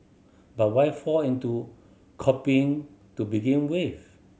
but why fall into copying to begin with